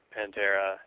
Pantera